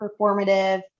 performative